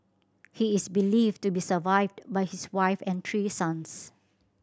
he is believed to be survived by his wife and three sons